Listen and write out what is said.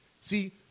See